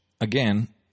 Again